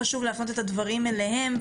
חשוב להפנות את הדברים אליהם,